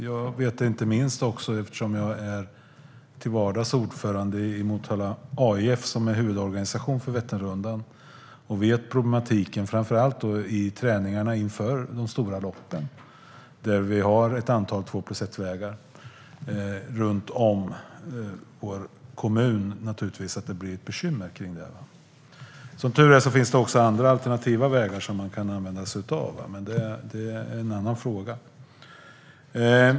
Jag vet det inte minst eftersom jag till vardags är ordförande i Motala AIF, som är huvudorganisation för Vätternrundan. Jag vet om problematiken, framför allt vid träningarna inför de stora loppen. Vi har ett antal två-plus-ett-vägar runt om i vår kommun, och det blir bekymmer med det. Som tur är finns det alternativa vägar som man kan använda sig av, men det är en annan fråga.